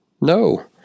No